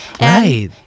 Right